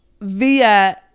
via